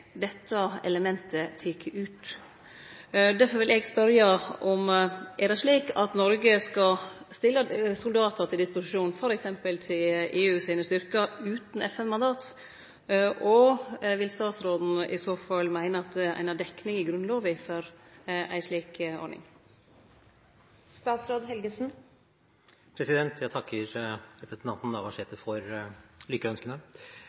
slik at Noreg skal stille soldatar til disposisjon, t.d. til EU sine styrkar, utan FN-mandat? Og vil statsråden i så fall meine at ein har dekning i Grunnlova for ei slik ordning? Jeg takker for representanten Navarsete